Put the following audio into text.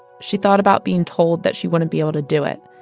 she thought about being told that she wouldn't be able to do it,